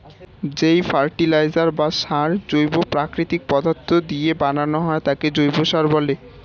যেই ফার্টিলাইজার বা সার জৈব প্রাকৃতিক পদার্থ দিয়ে বানানো হয় তাকে জৈব সার বলে